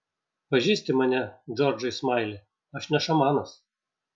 pažįsti mane džordžai smaili aš ne šamanas